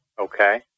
Okay